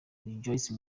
rejoice